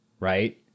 Right